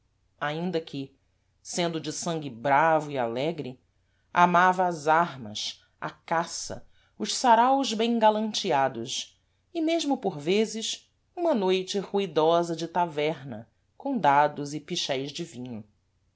ainda que sendo de sangue bravo e alegre amava as armas a caça os saraus bem galanteados e mesmo por vezes uma noite ruidosa de taverna com dados e picheis de vinho